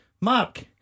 Mark